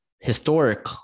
historic